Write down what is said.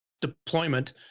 deployment